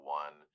one